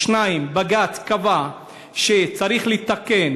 2. בג"ץ קבע שצריך לתקן